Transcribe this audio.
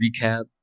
recap